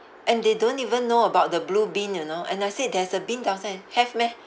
and they don't even know about the blue bin you know and I said there's a bin downstair have meh